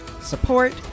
support